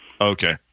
Okay